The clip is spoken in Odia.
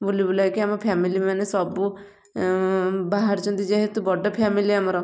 ବୁଲିବୁଲାକି ଆମେ ଫ୍ୟାମିଲିମାନେ ସବୁ ବାହାରିଛନ୍ତି ଯେହେତୁ ବଡ଼ ଫ୍ୟାମିଲି ଆମର